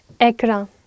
Ekran